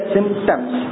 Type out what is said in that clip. Symptoms